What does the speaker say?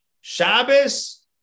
Shabbos